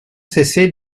cessé